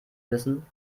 wissen